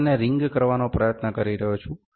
હું તેને રિંગ કરવાનો પ્રયત્ન કરી રહ્યો છું